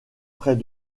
près